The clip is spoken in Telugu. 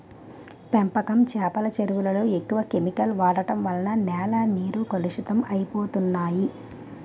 పెంపకం చేపల చెరువులలో ఎక్కువ కెమికల్ వాడడం వలన నేల నీరు కలుషితం అయిపోతన్నాయి